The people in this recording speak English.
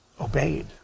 obeyed